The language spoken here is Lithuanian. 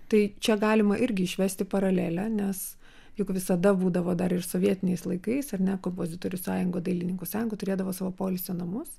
tai čia galima irgi išvesti paralelę nes juk visada būdavo dar ir sovietiniais laikais ar ne kompozitorių sąjunga dailininkų sąjunga turėdavo savo poilsio namus